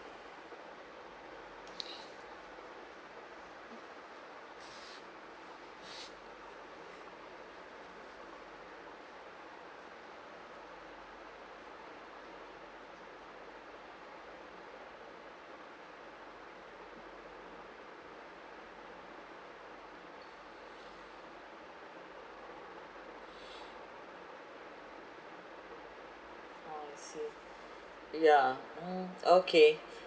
yeah okay